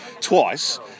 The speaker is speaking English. twice